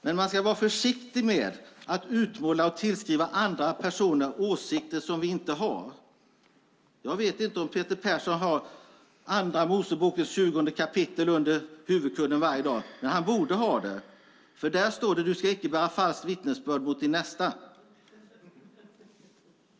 Man ska vara försiktig med att tillskriva andra personer åsikter som de inte har. Jag vet inte om Peter Persson har Andra Moseboks 20 kapitel under huvudkudden varje dag, men han borde ha det. Där står det nämligen: "Du skall icke bära falskt vittnesbörd mot din nästa."